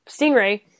stingray